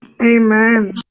Amen